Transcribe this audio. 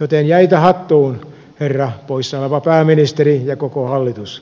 joten jäitä hattuun herra poissa oleva pääministeri ja koko hallitus